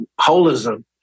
holism